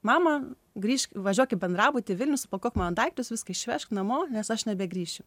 mama grįžk važiuok į bendrabutį į vilnių supakuok mano daiktus viską išvežk namo nes aš nebegrįšiu